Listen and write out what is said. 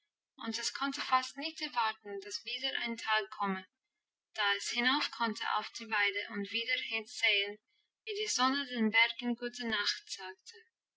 und es konnte fast nicht erwarten dass wieder ein tag komme da es hinaufkonnte auf die weide und wieder sehen wie die sonne den bergen gute nacht sagte